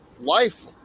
life